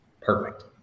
Perfect